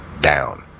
down